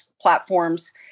platforms